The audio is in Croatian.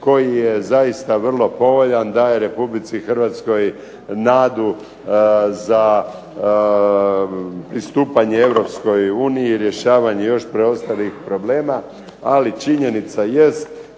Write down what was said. koji je zaista vrlo povoljan. Daje RH nadu za pristupanje EU i rješavanje još preostalih problema. Ali činjenica jest